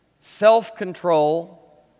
self-control